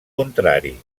contrari